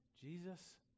Jesus